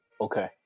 Okay